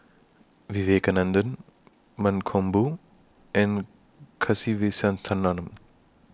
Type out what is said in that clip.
Vivekananda Mankombu and Kasiviswanathan